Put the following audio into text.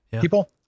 people